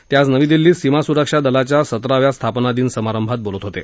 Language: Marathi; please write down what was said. ते आज नवी दिल्लीत सीमा सुरक्षा दलाच्या सतराव्या स्थापना दिन समारंभात बोलत होते